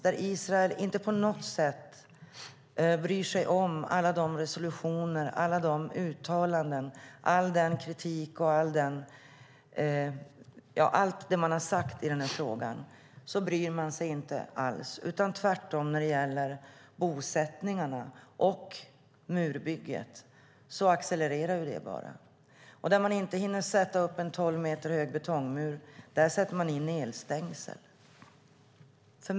Israel bryr sig inte på något sätt om alla resolutioner och uttalanden och inte om all den kritik som varit och allt som sagts i frågan. Tvärtom accelererar bosättningarna och murbygget. Där man inte hinner sätta upp en tolv meter hög betongmur sätter man upp elstängsel.